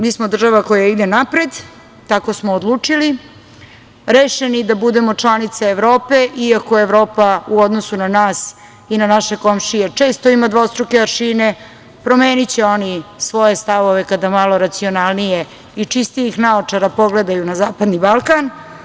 Mi smo država koja ide napred, tako smo odlučili, rešeni da budemo članice Evrope, iako Evropa u odnosu na nas i na naše komšije često ima dvostruke aršine, promeniće oni svoje stavove kada malo racionalnije i čistijih naočara pogledaju na Zapadni Balkan.